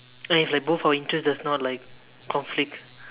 and if like both our interest like does not conflict